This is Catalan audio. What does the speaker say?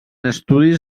estudis